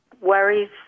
worries